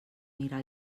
mirar